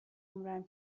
عمرم